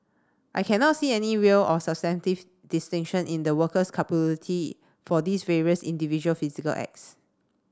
I cannot see any real or substantive distinction in the worker's for these various individual physical acts